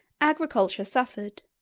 agriculture suffered,